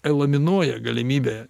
eliminuoja galimybę